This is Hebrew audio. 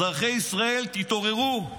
אזרחי ישראל, תתעוררו.